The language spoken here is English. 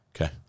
Okay